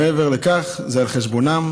ומעבר לכך זה על חשבונם.